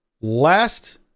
Last